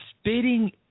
spitting